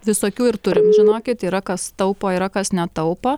visokių ir turim žinokit yra kas taupo yra kas netaupo